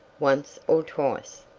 once or twice.